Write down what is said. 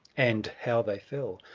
and how they fell?